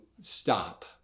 stop